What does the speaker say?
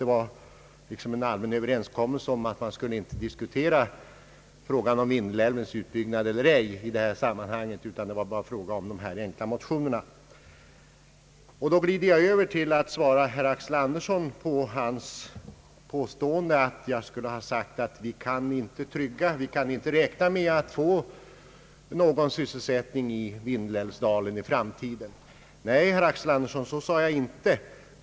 Det var liksom en allmän överenskommelse att inte diskutera frågan om älvens utbyggnad i detta sammanhang utan bara de föreliggande motionerna. Jag går sedan över till att svara herr Axel Andersson med anledning av hans påstående att jag skulle ha sagt att man inte kan få någon sysselsättning i Vindelälvsdalen i framtiden. Nej, herr Axel Andersson, jag uttryckte mig inte på det sättet.